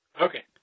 Okay